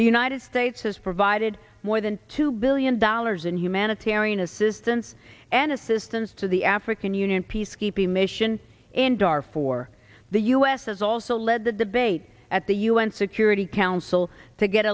the united states has provided more than two billion dollars in humanitarian assistance and assistance to the african union peacekeeping mission and are for the u s has also led the debate at the u n security council to get